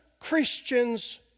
Christians